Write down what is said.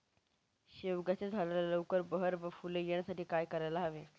शेवग्याच्या झाडाला लवकर बहर व फूले येण्यासाठी काय करायला हवे?